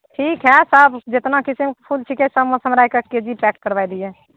ठीक हइ सब जेतना किसीमके फूल छिकै सबमे सऽ हमरा एकक के जी पैक करवाइ दियै